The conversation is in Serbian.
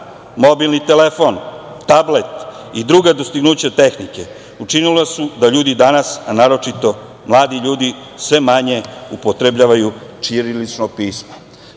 mobilni telefon, tablet i druga dostignuća tehnike učinili su da ljudi danas, a naročito mladi ljudi sve manje upotrebljavaju ćirilično pismo. Zato